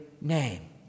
name